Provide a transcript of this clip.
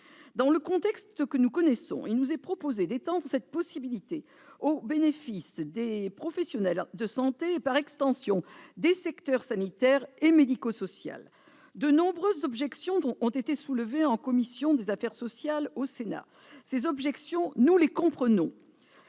Dans le contexte que nous connaissons, il nous est proposé d'étendre cette possibilité au bénéfice des professionnels de santé et, par extension, aux secteurs sanitaire et médico-social. De nombreuses objections ont été soulevées en commission des affaires sociales au Sénat. Ces objections, nous les comprenons.